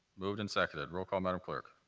moved and seconded. roll call, madam clerk.